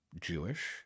Jewish